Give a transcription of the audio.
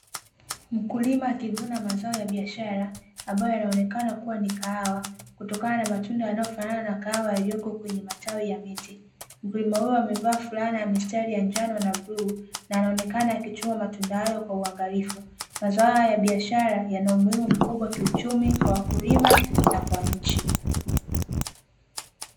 Mkulima akivuna mazao ya biashara ambayo yanaonekana kuwa ni kahawa kutokana na matunda yanayofanana na kahawa yaliyoko kwenye matawi ya miti, mkulima huyo amevaa fulana ya mistari ya njano na bluu na anaonekana akichuma matunda hayo kwa uangalifu mazao hayo ya biashara yana umuhimu mkubwa kiuchumi kwa wakulima na kwa nchi.